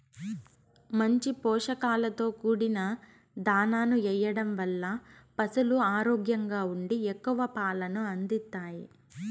మంచి పోషకాలతో కూడిన దాణాను ఎయ్యడం వల్ల పసులు ఆరోగ్యంగా ఉండి ఎక్కువ పాలను అందిత్తాయి